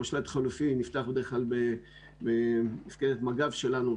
המשל"ט החלופי נפתח בדרך כלל במפקדת מג"ב שלנו,